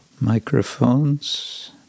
microphones